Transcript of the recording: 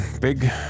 Big